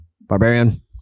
barbarian